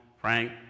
frank